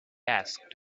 asked